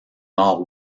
nord